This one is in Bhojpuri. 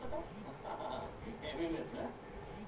प्रधानमंत्री का खेत पर जवन पैसा मिलेगा ओकरा खातिन आम एलिजिबल बानी?